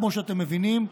כמו שאתם מבינים,